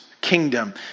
kingdom